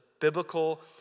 biblical